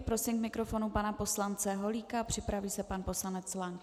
Prosím k mikrofonu pana poslance Holíka, připraví se pan poslanec Lank.